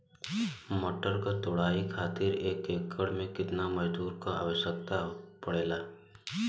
मटर क तोड़ाई खातीर एक एकड़ में कितना मजदूर क आवश्यकता पड़ेला?